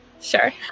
sure